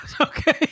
Okay